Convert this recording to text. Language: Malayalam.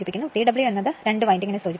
TW എന്നത് രണ്ട് വിൻഡിംഗിനെ സൂചിപ്പിക്കുന്നു